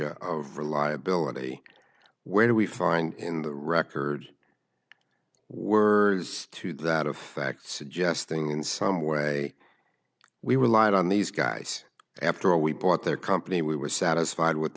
indicia of reliability where do we find in the record words to that effect suggesting in some way we relied on these guys after we bought their company we were satisfied with